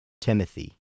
Timothy